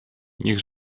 niech